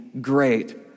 great